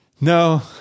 no